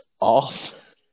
off